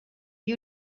you